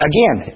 Again